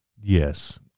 Yes